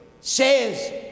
Says